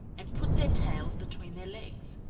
and put their tails between their legs.